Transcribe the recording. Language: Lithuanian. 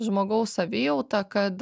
žmogaus savijautą kad